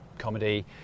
comedy